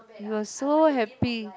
you was so happy